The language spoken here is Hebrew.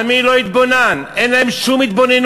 עמי לא התבונן, אין להם שום התבוננות,